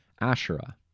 Asherah